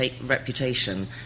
reputation